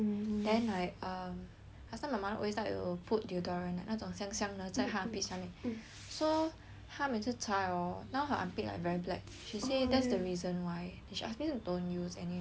last time my mother always like to put deodorant 那种香香的在她的 armpit 下面 so 她每次擦了 hor now her armpit like very black she say that's the reason she ask me you don't use any products under arm